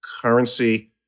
currency